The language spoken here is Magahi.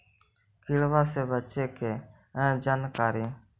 किड़बा से बचे के जानकारी?